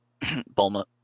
Bulma